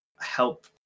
help